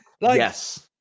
Yes